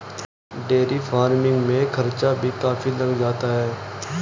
dairy farming में खर्चा भी काफी लग जाता है